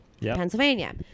Pennsylvania